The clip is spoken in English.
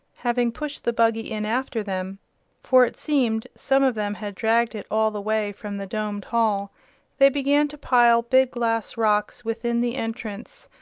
having pushed the buggy in after them for it seemed some of them had dragged it all the way from the domed hall they began to pile big glass rocks within the entrance,